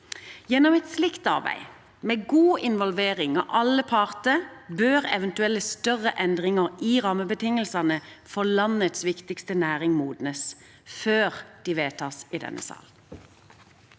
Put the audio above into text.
Gjennom et slikt arbeid, med god involvering av alle parter, bør eventuelle større endringer i rammebetingelsene for landets viktigste næring modnes – før de vedtas i denne salen.